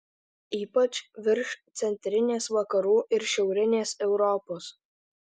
ypač virš centrinės vakarų ir šiaurinės europos